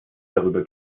darüber